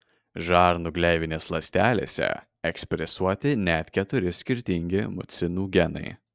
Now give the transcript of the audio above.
žarnų gleivinės ląstelėse ekspresuoti net keturi skirtingi mucinų genai